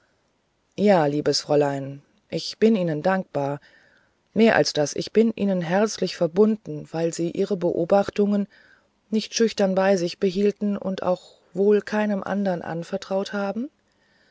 ja liebes fräulein ich bin ihnen dankbar mehr als das ich bin ihnen herzlich verbunden weil sie ihre beobachtungen nicht schüchtern bei sich behielten und auch wohl keinem anderen anvertraut haben